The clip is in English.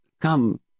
come